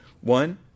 One